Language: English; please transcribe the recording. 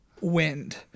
wind